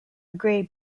gray